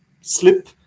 slip